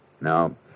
No